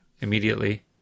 immediately